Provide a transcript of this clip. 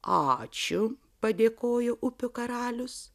ačiū padėkojo upių karalius